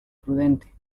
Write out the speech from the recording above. prudente